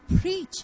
preach